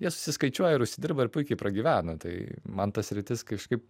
jie susiskaičiuoja ir užsidirba ir puikiai pragyvena tai man ta sritis kažkaip